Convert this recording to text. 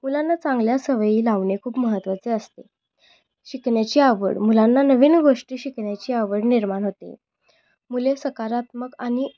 मुलांना चांगल्या सवयी लावणे खूप महत्त्वाचे असते शिकण्याची आवड मुलांना नवीन गोष्टी शिकण्याची आवड निर्माण होते मुले सकारात्मक आणि